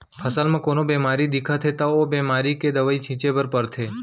फसल म कोनो बेमारी दिखत हे त ओ बेमारी के दवई छिंचे बर परथे